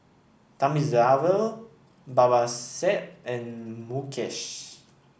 Thamizhavel Babasaheb and Mukesh